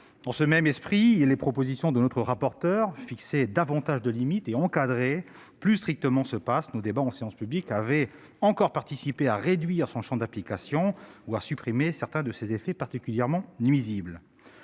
Dans le même esprit, les propositions de notre rapporteur fixaient davantage de limites et encadraient plus strictement ce passe. Nos débats en séance publique avaient participé à réduire encore son champ d'application et à supprimer certains de ses effets particulièrement nuisibles.